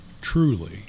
Truly